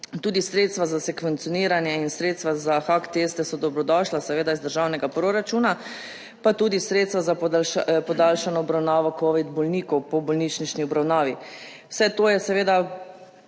Tudi sredstva za sekvencioniranje in sredstva za HAC teste so dobrodošla, seveda iz državnega proračuna, pa tudi sredstva za podaljša podaljšano obravnavo Covid bolnikov po bolnišnični obravnavi. Vse to je seveda